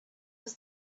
was